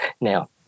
now